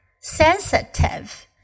sensitive